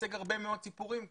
שמייצג הרבה מאוד סיפורים כאן.